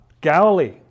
Galilee